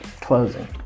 Closing